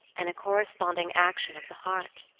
and a corresponding action of the heart.